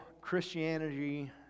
Christianity